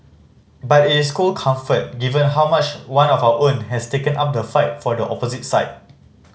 but it's cold comfort given how much one of our own has taken up the fight for the opposite side